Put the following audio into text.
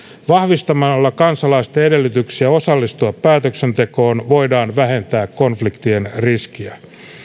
vahvistamalla kansalaisten edellytyksiä osallistua päätöksentekoon voidaan vähentää konfliktien riskiä